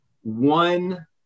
one